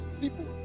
people